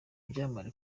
ibyamamare